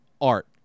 art